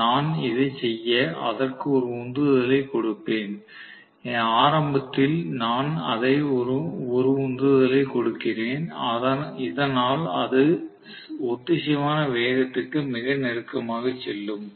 நான் இதை செய்ய அதற்கு ஒரு உந்துதலைக் கொடுப்பேன் ஆரம்பத்தில் நான் அதை ஒரு உந்துதலைக் கொடுக்கிறேன் இதனால் அது ஒத்திசைவான வேகத்திற்கு மிக நெருக்கமாக செல்லும்